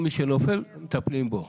כל מי שנופל, מטפלים בו.